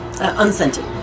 Unscented